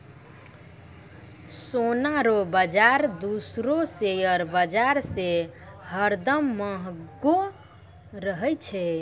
सोना रो बाजार दूसरो शेयर बाजार से हरदम महंगो रहै छै